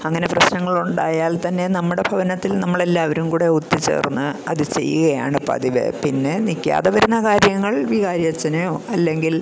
അങ്ങനെ പ്രശ്നങ്ങള് ഉണ്ടായാല്ത്തന്നെ നമ്മുടെ ഭവനത്തില് നമ്മളെല്ലാവരും കൂടെ ഒത്തുചേര്ന്ന് അത് ചെയ്യുകയാണ് പതിവ് പിന്നെ നിൽക്കാതെ വരുന്ന കാര്യങ്ങള് വികാരിയച്ഛനെയോ അല്ലെങ്കില്